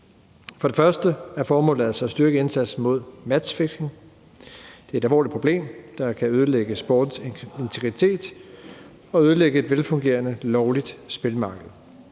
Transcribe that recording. For det første er formålet altså at styrke indsatsen mod matchfixing. Det er et alvorligt problem, der kan ødelægge sportens integritet og ødelægge et velfungerende lovligt spilmarked.